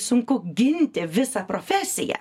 sunku ginti visą profesiją